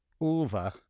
over